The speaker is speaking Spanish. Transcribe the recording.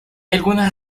algunas